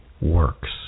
works